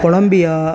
Columbia